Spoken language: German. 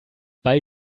weil